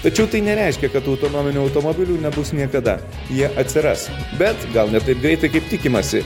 tačiau tai nereiškia kad autonominių automobilių nebus niekada jie atsiras bet gal ne taip greitai kaip tikimasi